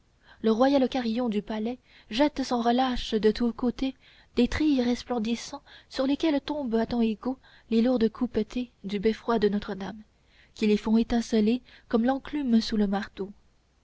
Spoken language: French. le royal carillon du palais jette sans relâche de tous côtés des trilles resplendissants sur lesquels tombent à temps égaux les lourdes couppetées du beffroi de notre-dame qui les font étinceler comme l'enclume sous le marteau